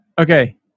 okay